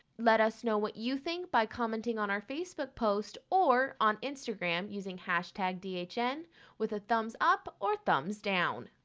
let us know what you think by commenting on our facebook post or on instagram using hashtag dhn with a thumbs up or thumbs down.